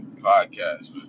podcast